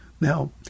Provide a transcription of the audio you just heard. Now